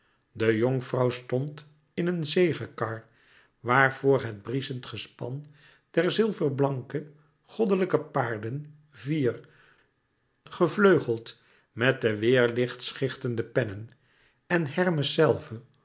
de jonkvrouw stond in een zegekar waarvoor het brieschend gespan der zilverblanke goddelijke paarden vier gevleugeld met de weêrlichtschichtende pennen en hermes